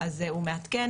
אז הוא מעדכן.